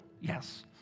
yes